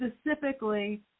specifically